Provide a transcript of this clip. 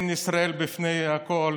אין ישראל לפני הכול,